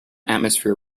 atmosphere